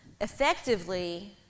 effectively